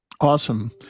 Awesome